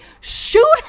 shoot